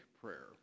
prayer